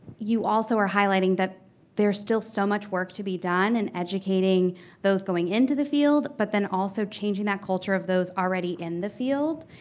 you also are highlighting that there's still so much work to be done in educating those going into the field, but then also changing that culture of those already in the field.